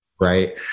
Right